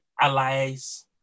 allies